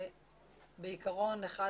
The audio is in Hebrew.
בעיקרון אחד